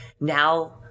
now